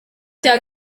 cya